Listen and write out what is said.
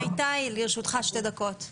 בבקשה איתי, לרשותך שתי דקות.